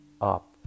up